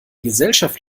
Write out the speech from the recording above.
gesellschaft